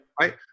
Right